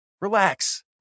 Relax